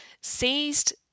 seized